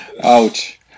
Ouch